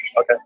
Okay